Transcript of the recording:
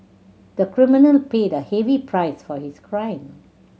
the criminal paid a heavy price for his crime